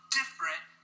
different